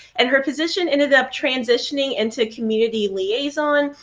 and her position ended up transitioning into community liaison,